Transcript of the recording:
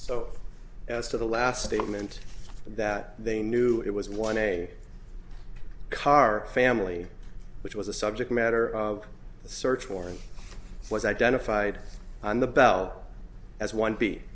so as to the last statement that they knew it was one a car family which was the subject matter of the search warrant was identified on the bell as one b